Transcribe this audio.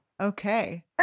okay